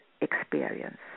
experience